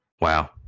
wow